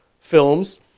films